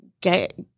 get